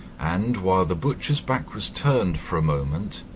and, while the butcher's back was turned for a moment,